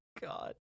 God